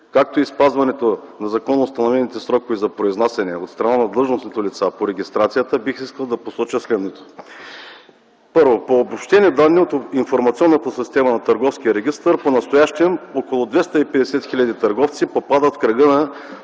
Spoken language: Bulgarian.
както и спазването на законоустановените срокове за произнасяне от страна на длъжностните лица по регистрацията, бих искал да посоча следното. Първо, по обобщени данни от информационната система на Търговския регистър понастоящем около 250 хил. търговци попадат в кръга на